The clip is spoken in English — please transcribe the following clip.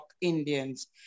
Indians